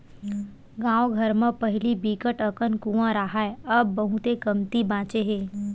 गाँव घर म पहिली बिकट अकन कुँआ राहय अब बहुते कमती बाचे हे